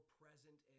present